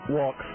walk